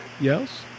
Yes